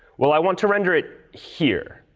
well, i want to render it here.